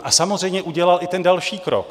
A samozřejmě udělal i ten další krok.